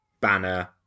Banner